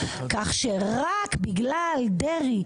כך שרק בגלל דרעי,